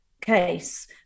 case